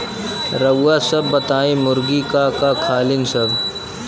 रउआ सभ बताई मुर्गी का का खालीन सब?